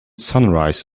sunrise